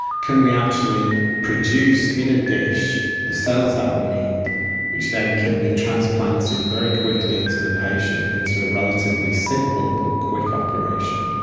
can we actually produce in a dish the cells that we need which then can be transplanted very quickly into the patient into a relatively simple but quick operation?